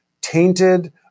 tainted